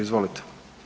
Izvolite.